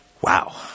Wow